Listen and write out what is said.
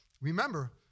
Remember